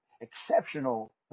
exceptional